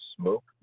Smoke